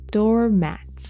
Doormat